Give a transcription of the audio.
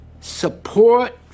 support